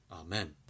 Amen